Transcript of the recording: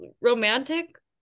romantic